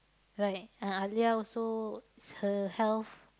right Alia also her health